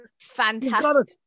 fantastic